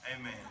Amen